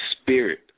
spirit